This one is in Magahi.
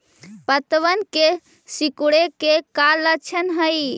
पत्तबन के सिकुड़े के का लक्षण हई?